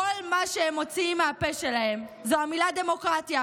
כל מה שהם מוציאים מהפה שלהם זו המילה "דמוקרטיה".